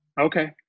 okay